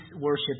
worship